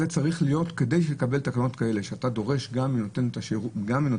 כדי לקבל תקנות כאלה שאתה דורש גם מנותן שירות,